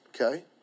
okay